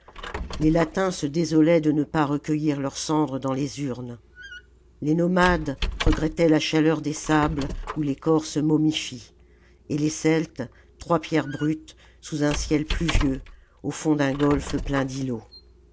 les latins se désolaient de ne pas recueilhr leurs cendres dans les urnes les nomades regrettaient la chaleur des sables où les corps se momifient et les celtes trois pierres brutes sous un ciel pluvieux au fond d'un golfe plem d'îlots